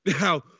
Now